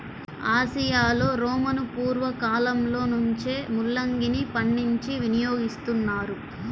ఆసియాలో రోమను పూర్వ కాలంలో నుంచే ముల్లంగిని పండించి వినియోగిస్తున్నారు